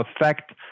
affect